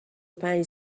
پنج